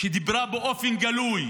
שדיברה באופן גלוי על